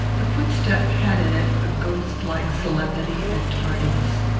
the footstep had in it a ghost-like solemnity and tardiness.